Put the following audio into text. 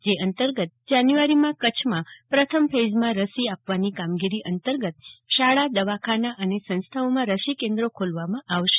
જે અંતર્ગત જાન્યુઆરીમાં કચ્છમાં પ્રથમ ફેઈઝમાં રસી આપવાની કામગીરી અંતર્ગત શાળા દવાખાના અને સંસ્થાઓમાં રસીકેન્દ્રો ખોલવામાં આવશે